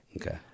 Okay